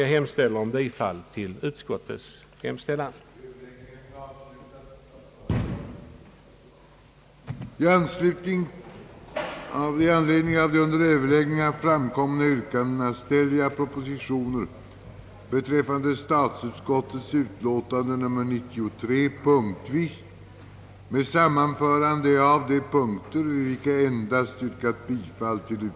Jag yrkar bifall till utskottets hemställan. Vidare föresloges, att ett centralt sjömansregister skulle inrättas vid sjömansförmedlingen i Göteborg. Härvid skulle sjömanshusens och sjöfartsstyrelsens registrering av sjömän upphöra. Sjömanshusens övriga uppgifter — dvs. mönstringsverksamheten — föresloges bliva integrerade med sjömansförmedlingen i den allmänna arbetsförmedlingens lokala organisation. En central sjömansnämnd skulle ersätta de regionala nämnderna.